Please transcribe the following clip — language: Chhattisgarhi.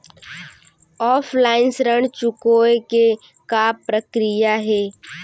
ऑफलाइन ऋण चुकोय के का प्रक्रिया हे?